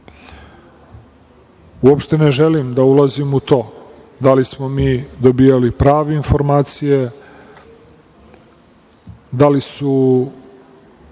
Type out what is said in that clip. Uopšte ne želim da ulazim u to da li smo mi dobijali prave informacije, da li su